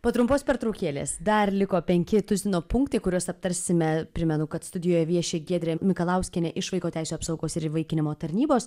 po trumpos pertraukėlės dar liko penki tuzino punktai kuriuos aptarsime primenu kad studijoje vieši giedrė mikalauskienė iš vaiko teisių apsaugos ir įvaikinimo tarnybos